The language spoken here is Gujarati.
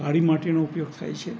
કાળી માટીનો ઉપયોગ થાય છે